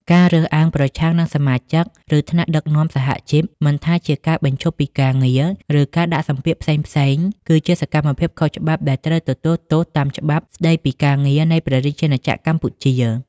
ការរើសអើងប្រឆាំងនឹងសមាជិក ឬថ្នាក់ដឹកនាំសហជីព មិនថាជាការបញ្ឈប់ពីការងារ ឬការដាក់សម្ពាធផ្សេងៗ គឺជាសកម្មភាពខុសច្បាប់ដែលត្រូវទទួលទោសតាមច្បាប់ស្តីពីការងារនៃព្រះរាជាណាចក្រកម្ពុជា។